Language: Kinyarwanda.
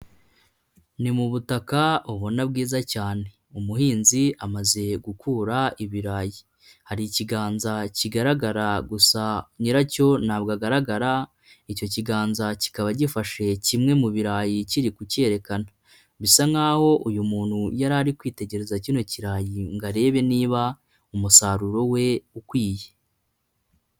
Ni mu butaka ubona bwiza cyane. Umuhinzi amaze gukura ibirayi. Hari ikiganza kigaragara gusa nyiracyo ntabwo agaragara. Icyo kiganza kikaba gifashe kimwe mu birarayi kiri kucyerekana. Bisa nk'aho aho uyu muntu yarari kwitegereza kino kirayi ngo arebe niba umusaruro we ukwiye.